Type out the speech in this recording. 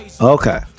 Okay